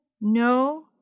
No